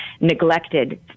neglected